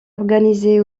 organisé